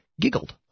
giggled